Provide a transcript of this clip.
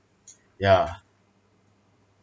yeah